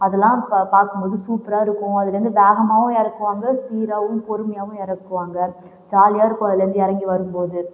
அதெலாம் பா பார்க்கும் போது சூப்பராக இருக்கும் அதுலேருந்து வேகமாவும் இறக்குவாங்க சீறாகவும் பொறுமையாகவும் இறக்குவாங்க ஜாலியாக இருக்கும் அதுலேருந்து இறங்கி வரும் போது